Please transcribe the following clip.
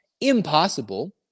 impossible